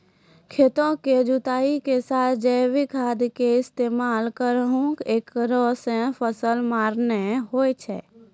खेतों के जुताई के साथ जैविक खाद के इस्तेमाल करहो ऐकरा से फसल मार नैय होय छै?